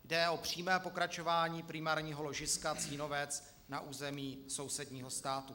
Jde o přímé pokračování primárního ložiska Cínovec na území sousedního státu.